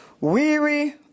weary